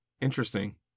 Interesting